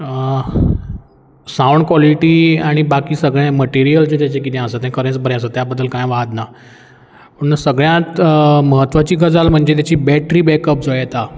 sound quality आनी बाकी सगळें मटिरियल जें तेजें कितें आसा तें खरेंच बरें आसा त्या बद्दल कांय वाद ना पूण सगळ्यांत म्हत्वाची गजाल म्हणजे तेची बॅट्री बॅकप जो येता